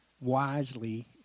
wisely